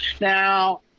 Now